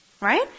Right